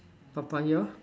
Papaya